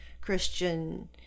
Christian